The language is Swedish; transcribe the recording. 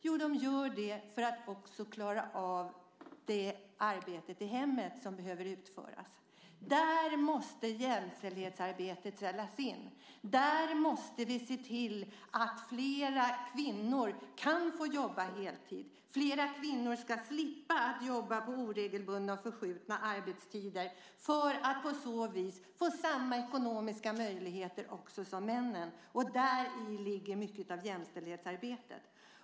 Jo, de gör det för att också klara av det arbete i hemmet som behöver utföras. Där måste jämställdhetsarbetet sättas in. Vi måste se till att flera kvinnor kan få jobba heltid. Flera kvinnor ska slippa att jobba på oregelbundna och förskjutna arbetstider för att på så vis få samma ekonomiska möjligheter som männen. Däri ligger mycket av jämställdhetsarbetet.